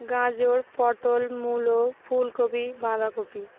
গাজর পটল মূলো ফুলকপি বাঁধাকপি